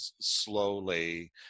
slowly